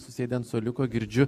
susėdę ant suoliuko girdžiu